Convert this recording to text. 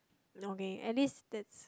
okay at least that's